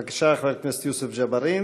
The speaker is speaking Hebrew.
בבקשה, חבר הכנסת יוסף ג'בארין.